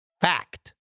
Fact